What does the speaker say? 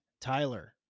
Tyler